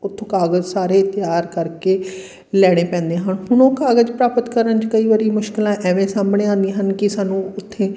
ਉੱਥੋਂ ਕਾਗਜ਼ ਸਾਰੇ ਤਿਆਰ ਕਰਕੇ ਲੈਣੇ ਪੈਂਦੇ ਹਨ ਹੁਣ ਉਹ ਕਾਗਜ਼ ਪ੍ਰਾਪਤ ਕਰਨ 'ਚ ਕਈ ਵਾਰੀ ਮੁਸ਼ਕਿਲਾਂ ਐਵੇਂ ਸਾਹਮਣੇ ਆਉਂਦੀਆਂ ਹਨ ਕਿ ਸਾਨੂੰ ਉੱਥੇ